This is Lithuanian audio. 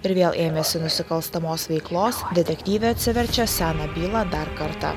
ir vėl ėmėsi nusikalstamos veiklos detektyvė atsiverčia seną bylą dar kartą